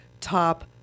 top